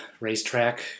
racetrack